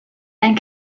and